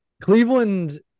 Cleveland